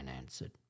answered